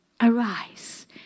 Arise